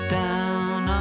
down